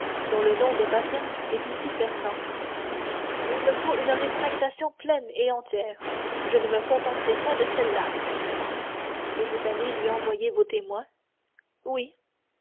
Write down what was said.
dont le nom de baptême est aussi fernand il me faut une rétractation pleine et entière je ne me contenterai point de celle-là et vous allez lui envoyer vos témoins oui